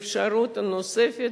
אפשרות נוספת,